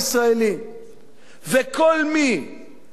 וכל מי שמשתף פעולה